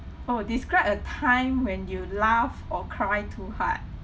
oh describe a time when you laugh or cry too hard